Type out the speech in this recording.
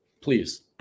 Please